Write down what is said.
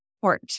Port